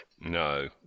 no